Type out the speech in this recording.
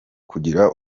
kugira